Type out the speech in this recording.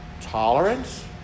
Tolerance